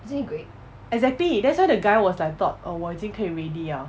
exactly that's why the guy was like thought err 我已经可以 ready liao